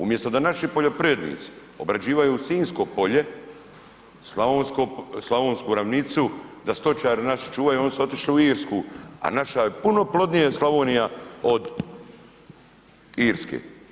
Umjesto da naši poljoprivrednici obrađuju Sinjsko polje, slavonsku ravnicu, da stočari naši čuvaju, oni su otišli u Irsku, a naša puno plodnija Slavonija od Irske.